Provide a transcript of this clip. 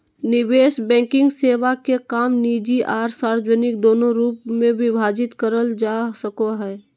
निवेश बैंकिंग सेवा के काम निजी आर सार्वजनिक दोनों रूप मे विभाजित करल जा सको हय